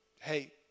hey